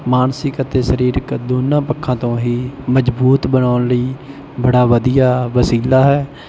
ਮਾਨਸਿਕ ਅਤੇ ਸਰੀਰਕ ਦੋਨਾਂ ਪੱਖਾਂ ਤੋਂ ਹੀ ਮਜ਼ਬੂਤ ਬਣਾਉਣ ਲਈ ਬੜਾ ਵਧੀਆ ਵਸੀਲਾ ਹੈ